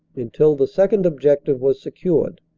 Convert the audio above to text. until the second objective was secured,